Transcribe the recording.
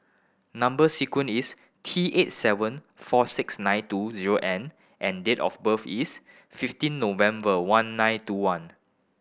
number sequence is T eight seven four six nine two zero N and date of birth is fifteen November one nine two one